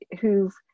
who've